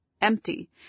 empty